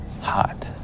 hot